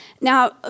Now